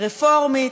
רפורמית,